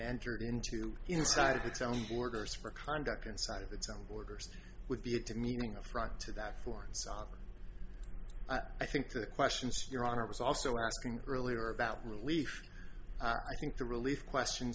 entered into inside of its own borders for conduct inside of its own borders would be a demeaning affront to that for i think the questions your honor was also asking earlier about relief i think the relief question